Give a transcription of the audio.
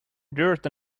dirt